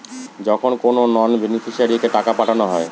যখন কোনো নন বেনিফিশিয়ারিকে টাকা পাঠানো হয়